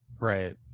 Right